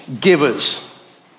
givers